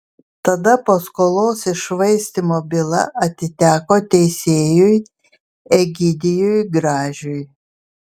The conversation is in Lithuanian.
tada paskolos iššvaistymo byla atiteko teisėjui egidijui gražiui